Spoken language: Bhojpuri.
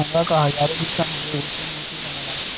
घोंघा क हजारो किसम हउवे एसे मोती बनला